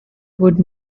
would